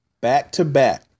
back-to-back